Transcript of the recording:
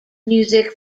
music